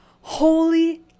holy